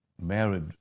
married